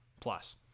plus